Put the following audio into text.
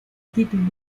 títulos